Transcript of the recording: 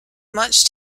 much